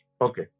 Okay